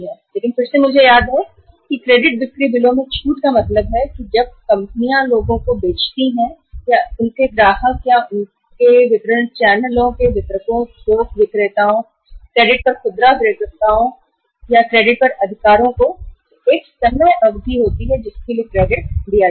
लेकिन मैं आपको फिर से याद दिलाना चाहता हूं कि क्रेडिट बिक्री बिलो में छूट का मतलब है कि जब फर्म लोगों को या अपने ग्राहकों को या वितरण चैनल के वितरकों थोक विक्रेताओं या क्रेडिट पर खुदरा विक्रेताओं को को बेचती है तो यह वह अवधि है जिसके लिए क्रेडिट दिया गया है